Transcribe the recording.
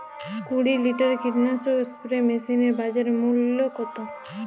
কুরি লিটারের কীটনাশক স্প্রে মেশিনের বাজার মূল্য কতো?